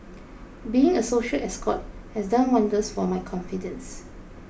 being a social escort has done wonders for my confidence